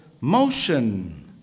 motion